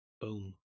Boom